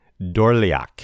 Dorliac